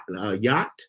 yacht